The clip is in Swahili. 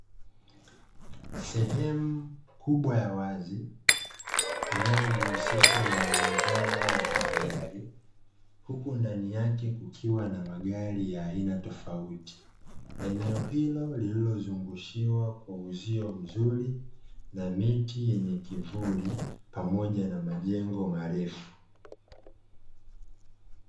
Sehemu kubwa ya wazi, inayojihusisha na uuzaji wa magari, huku ndani yake kukiwa na magari ya aina tofauti. Eneo hilo lililozungushiwa kwa uzio mzuri na miti yenye kivuli, pamoja na majengo marefu.